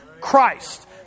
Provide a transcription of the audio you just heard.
Christ